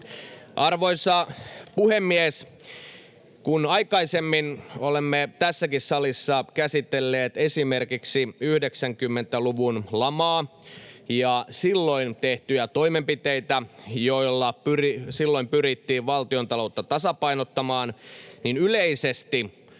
Arvoisa puhemies! Kun aikaisemmin olemme tässäkin salissa käsitelleet esimerkiksi 90-luvun lamaa ja silloin tehtyjä toimenpiteitä, joilla silloin pyrittiin valtiontaloutta tasapainottamaan, niin yleisesti